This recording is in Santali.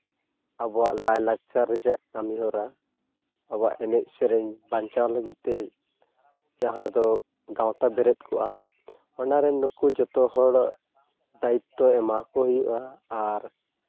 ᱟᱵᱚᱣᱟᱜ ᱞᱟᱭᱼᱞᱟᱠᱪᱟᱨ ᱨᱮᱭᱟᱜ ᱠᱟᱹᱢᱤᱦᱚᱨᱟ ᱟᱵᱚᱣᱟᱜ ᱮᱱᱮᱡᱽ ᱥᱮᱨᱮᱧ ᱵᱟᱧᱪᱟᱣ ᱞᱟᱹᱜᱤᱫᱛᱮ ᱡᱟᱦᱟᱸ ᱫᱚ ᱜᱟᱶᱛᱟ ᱵᱮᱨᱮᱫ ᱠᱚᱜᱼᱟ ᱚᱱᱟᱨᱮᱱ ᱱᱩᱠᱩ ᱡᱚᱛᱚ ᱦᱚᱲ ᱫᱟᱭᱤᱛᱛᱚ ᱮᱢᱟᱠᱚ ᱦᱩᱭᱩᱜᱼᱟ ᱟᱨ